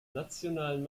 nationalen